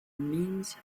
means